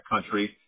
country